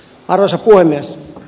arvoisa puhemies